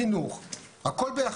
אנחנו רוצים שלשב"ס יהיו את הכלים,